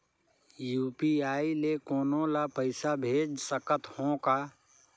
UPI ले कोनो ला पइसा भेज सकत हों का?